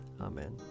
Amen